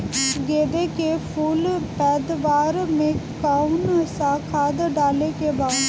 गेदे के फूल पैदवार मे काउन् सा खाद डाले के बा?